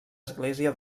església